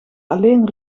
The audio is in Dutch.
alleen